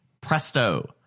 presto